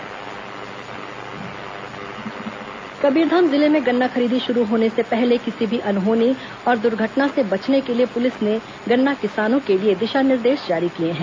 गन्ना खरीदी कबीरधाम जिले में गन्ना खरीदी शुरू होने से पहले किसी भी अनहोनी और दुर्घटनाओं से बचने के लिए पुलिस ने गन्ना किसानों के लिए दिशा निर्देश जारी किए हैं